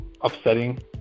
upsetting